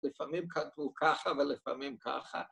לפעמים כתבו ככה ולפעמים ככה.